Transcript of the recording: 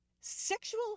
Sexual